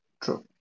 true